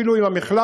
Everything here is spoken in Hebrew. אפילו עם המחלף,